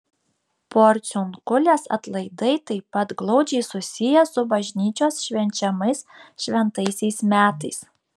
porciunkulės atlaidai taip pat glaudžiai susiję su bažnyčios švenčiamais šventaisiais metais